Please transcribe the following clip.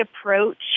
approach